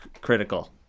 critical